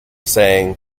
saying